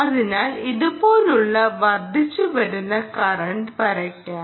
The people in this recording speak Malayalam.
അതിനാൽ ഇതുപോലുള്ള വർദ്ധിച്ചുവരുന്ന കറന്റ് വരയ്ക്കാം